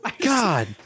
god